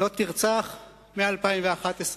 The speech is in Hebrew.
לא תרצח, מ-2011.